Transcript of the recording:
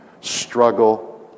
struggle